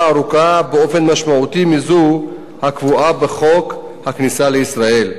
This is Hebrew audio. ארוכה באופן משמעותי מזו הקבועה בחוק הכניסה לישראל,